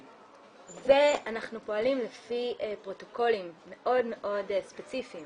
אנחנו פועלים לפי פרוטוקולים מאוד מאוד ספציפיים